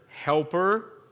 helper